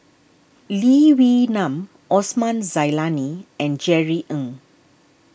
Lee Wee Nam Osman Zailani and Jerry Ng